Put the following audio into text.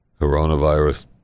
Coronavirus